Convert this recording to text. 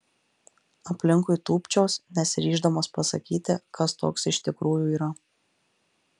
aplinkui tūpčios nesiryždamas pasakyti kas toks iš tikrųjų yra